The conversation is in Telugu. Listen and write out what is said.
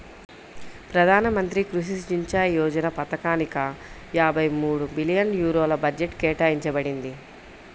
ప్రధాన మంత్రి కృషి సించాయ్ యోజన పథకానిక యాభై మూడు బిలియన్ యూరోల బడ్జెట్ కేటాయించబడింది